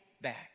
back